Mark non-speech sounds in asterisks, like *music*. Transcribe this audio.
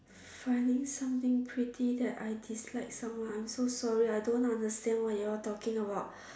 funny something petty that I dislike someone I'm so sorry I don't understand what you all talking about *breath*